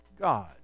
God